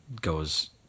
goes